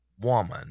woman